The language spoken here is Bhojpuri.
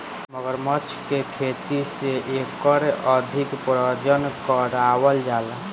मगरमच्छ के खेती से एकर अधिक प्रजनन करावल जाला